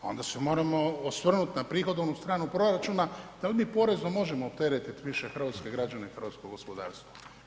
A onda se moramo osvrnuti na prihodovnu stranu proračuna da li mi porezno možemo opteretiti više hrvatske građane kroz gospodarstvo.